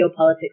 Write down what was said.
geopolitics